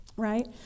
Right